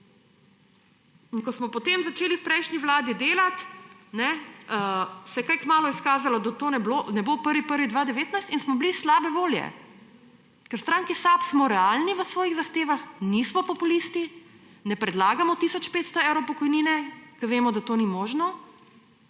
In ko smo potem začeli v prejšnji vladi delati, se je kaj kmalu izkazalo, da to ne bo 1. 1. 2019; in smo bili slabe volje. Ker v stranki SAB smo realni v svojih zahtevah, nismo populisti, ne predlagamo tisoč 500 evrov pokojnine, ker vemo, da to ni možno.